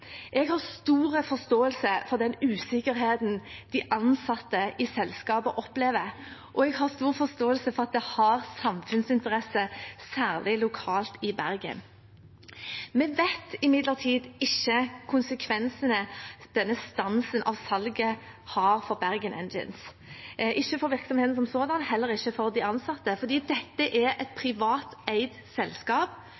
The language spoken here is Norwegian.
Jeg har stor forståelse for den usikkerheten de ansatte i selskapet opplever, og jeg har stor forståelse for at det har samfunnsinteresse, særlig lokalt i Bergen. Vi vet imidlertid ikke konsekvensene denne stansen av salget har for Bergen Engines, ikke for virksomheten som sådan, heller ikke for de ansatte, for dette er et